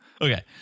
Okay